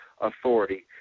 authority